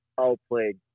outplayed